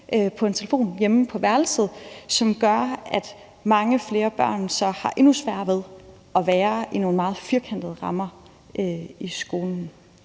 med en telefon hjemme på værelset, hvilket gør, at mange flere børn så har endnu sværere ved at være i nogle meget firkantede rammer i skolen.